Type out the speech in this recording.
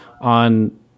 on